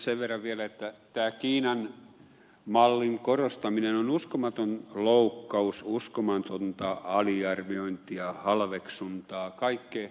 sen verran vielä että tämä kiinan mallin korostaminen on uskomaton loukkaus uskomatonta aliarviointia halveksuntaa kaikkea